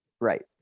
Right